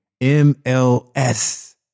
MLS